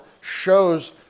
shows